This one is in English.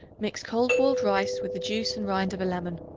mix cold boiled rice with the juice and rind of a lemon,